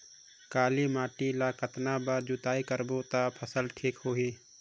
काली माटी ला कतना बार जुताई करबो ता फसल ठीक होती?